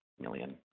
million